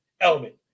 element